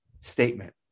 statement